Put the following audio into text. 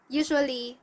usually